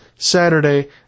Saturday